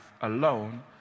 alone